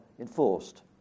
enforced